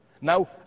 Now